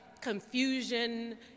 confusion